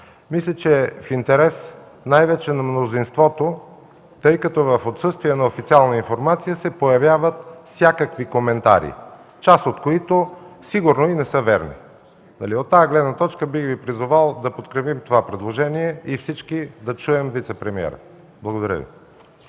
Мисля, че е в интерес най-вече на мнозинството, тъй като в отсъствие на официална информация се появяват всякакви коментари, част от които сигурно и не са верни. От тази гледна точка бих Ви призовал да подкрепим това предложение и всички да чуем вицепремиера. Благодаря Ви.